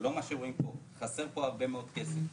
ולא מה שרואים פה, חסר פה הרבה מאוד כסף.